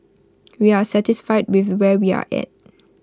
we are satisfied with where we are at